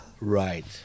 Right